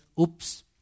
oops